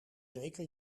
zeker